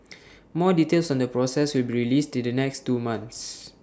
more details on the process will be released the next two months